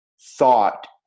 thought